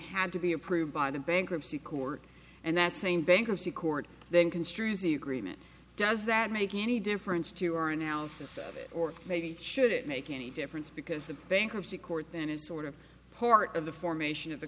had to be approved by the bankruptcy court and that same bankruptcy court then construes e agreement does that make any difference to our analysis of it or maybe should it make any difference because the bankruptcy court then is sort of part of the formation of the